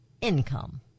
income